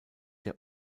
der